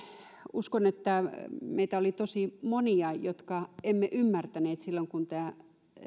uskon että meitä oli tosi monia jotka emme ymmärtäneet silloin kun tämä